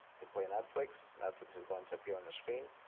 can play and netflix. netflix is going to appear on the screen.